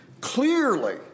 Clearly